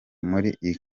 muri